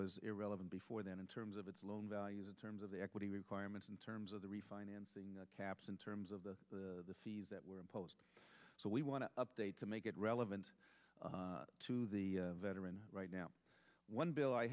was irrelevant before then in terms of its loan values in terms of the equity requirements in terms of the refinancing caps in terms of the fees that were imposed so we want to update to make it relevant to the veteran right now one bill i